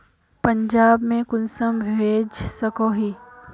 पंजाब में कुंसम भेज सकोही?